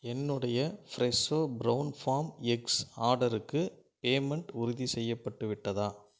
என்னுடைய Fresho brown farm eggs ஆடர்க்கு payment உறுதிசெய்யப்பட்டு விட்டதா